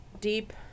deep